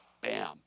bam